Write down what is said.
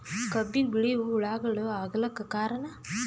ಕಬ್ಬಿಗ ಬಿಳಿವು ಹುಳಾಗಳು ಆಗಲಕ್ಕ ಕಾರಣ?